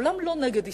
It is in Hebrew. העולם לא נגד ישראל.